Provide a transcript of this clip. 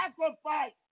sacrifice